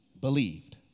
believed